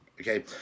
okay